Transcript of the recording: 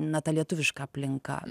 na ta lietuviška aplinka